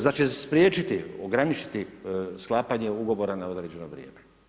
Znači, spriječiti, ograničiti sklapanje ugovora na određeno vrijeme.